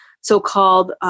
so-called